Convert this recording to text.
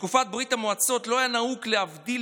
בתקופת ברית המועצות לא היה נהוג להבדיל